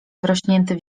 wrośnięty